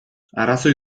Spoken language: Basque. arrazoi